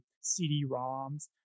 CD-ROMs